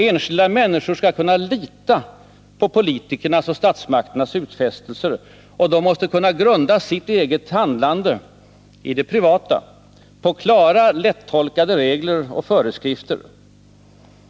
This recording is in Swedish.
Enskilda människor skall kunna lita på politikernas och statsmakternas utfästelser, och de måste kunna grunda sitt eget handlande i det privata på klara, lättolkade regler och föreskrifter.